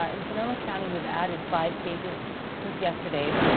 ah in sonoma county we've added five cases since yesterday,